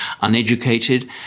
uneducated